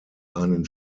einen